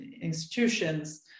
institutions